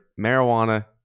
marijuana